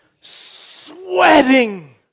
sweating